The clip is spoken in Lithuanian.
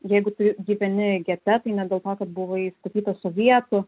jeigu tu gyveni gete tai ne dėl to kad buvai įstatytas sovietų